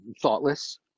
thoughtless